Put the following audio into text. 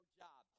job